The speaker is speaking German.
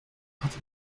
hatte